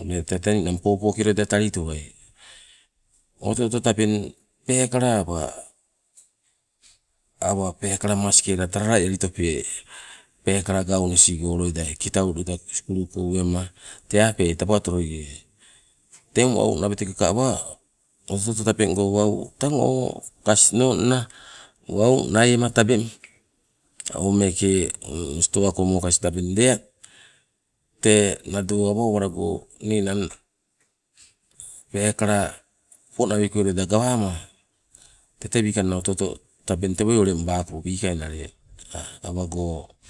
ule tete ninang popoke loida talitowai. Oto oto tabeng peekala awa, awa peekala maskela talala elitope, peekala gaunisigo loida, kitau loida sukuluko uwema tee apeai taba otoloie. Teng wau nawetekeka awa oto oto tabeng go wau tang o kasinonna wau naiema tabeng o meeke stowako mokas tabeng lea. Tee nado awa owala go ninang peekala popo nawikue loidi gawama tete wikanna oto oto tabeng tewoi uleng bako wikai nale awago